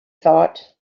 thought